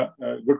good